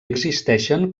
existeixen